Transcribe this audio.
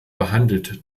behandelt